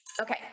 okay